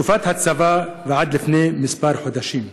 מתקופת הצבא ועד לפני כמה חודשים.